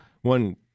one